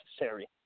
necessary